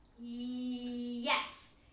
Yes